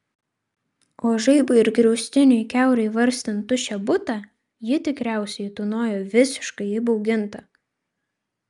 o žaibui ir griaustiniui kiaurai varstant tuščią butą ji tikriausiai tūnojo visiškai įbauginta